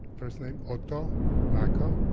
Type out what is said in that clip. first name auto maco.